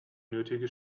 nötige